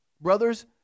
brothers